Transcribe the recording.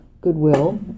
goodwill